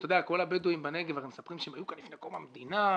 כל הבדואים בנגב מספרים שהם היו כאן מלפני קום המדינה,